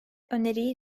öneriyi